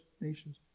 nations